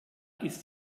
ist